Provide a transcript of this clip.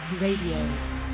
Radio